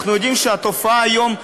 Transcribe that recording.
אנחנו יודעים שהתופעה היום קיימת,